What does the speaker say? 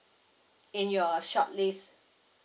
in your short list